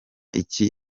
iki